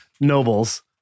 nobles